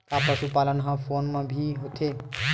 का पशुपालन ह फोन म भी होथे?